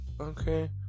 okay